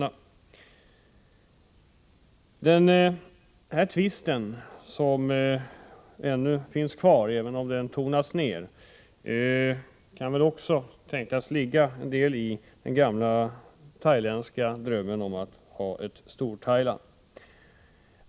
Bakom denna tvist, som ännu finns kvar — även om den tonats ned —, kan också tänkas ligga den gamla thailändska drömmen om ett Storthailand.